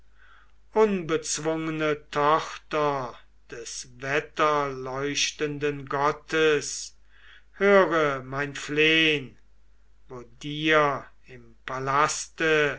unbezwungene tochter des wetterleuchtenden gottes höre mein flehn wo dir im palaste